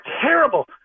terrible